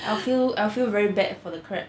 I feel I feel very bad for the crab